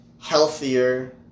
healthier